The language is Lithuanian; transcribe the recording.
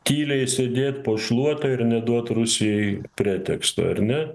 tyliai sėdėt po šluota ir neduot rusijai preteksto ar ne